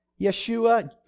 Yeshua